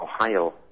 Ohio